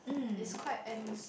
it's quite and it's